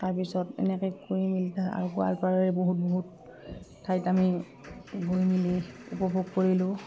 তাৰপিছত এনেকে কৰি মেলি আৰু বহুত বহুত ঠাইত আমি গৈ মেলি উপভোগ কৰিলোঁ